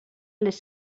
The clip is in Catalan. les